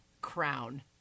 crown